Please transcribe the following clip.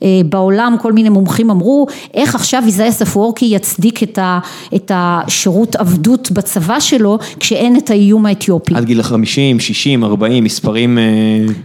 בעולם כל מיני מומחים אמרו, איך עכשיו עיזה אסף וורקי יצדיק את השירות עבדות בצבא שלו, כשאין את האיום האתיופי. על גיל 50, 60, 40, מספרים...